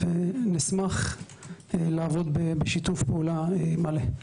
נשמח לעבוד בשיתוף פעולה מלא.